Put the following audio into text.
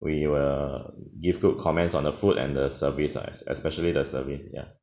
we will give good comments on the food and the service ah especially the service ya